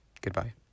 Goodbye